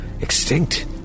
extinct